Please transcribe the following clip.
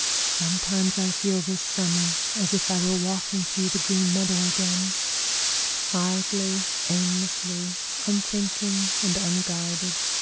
sometimes i feel this summer as if i were walking through the green meadow again idly, aimlessly, unthinking and unguided.